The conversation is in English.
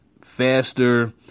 faster